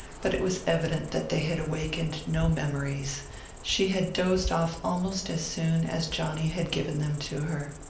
but it was evident that they had awakened no memories she had dozed off almost as soon as johnny had given them to her.